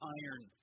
iron